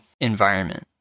environment